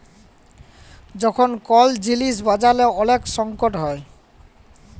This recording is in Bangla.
যখল কল জিলিস বাজারে ওলেক সংকট হ্যয়